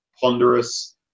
ponderous